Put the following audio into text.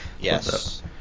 yes